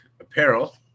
apparel